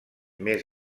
més